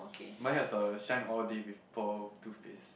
mine has the shine all day with bold toothpaste